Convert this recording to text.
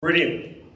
Brilliant